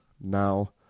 now